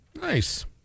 Nice